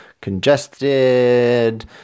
Congested